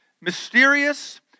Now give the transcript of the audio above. mysterious